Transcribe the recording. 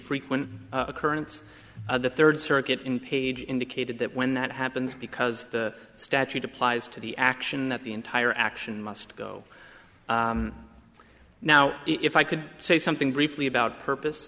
frequent occurrence the third circuit in page indicated that when that happens because the statute applies to the action that the entire action must go now if i could say something briefly about purpose